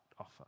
offer